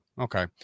Okay